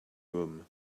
room